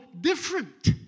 different